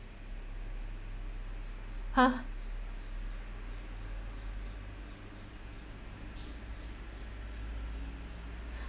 !huh!